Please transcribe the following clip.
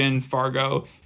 Fargo